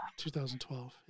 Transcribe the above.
2012